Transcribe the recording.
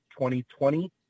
2020